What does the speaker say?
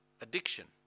addiction